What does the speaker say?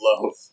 love